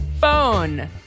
phone